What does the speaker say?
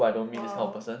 !wow!